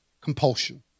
Compulsion